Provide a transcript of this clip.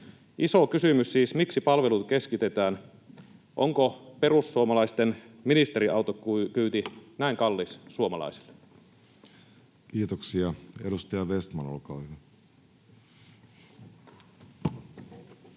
Iso kysymys siis on, miksi palveluita keskitetään. Onko perussuomalaisten ministeriautokyyti näin kallis suomalaisille? Kiitoksia. — Edustaja Vestman, olkaa hyvä.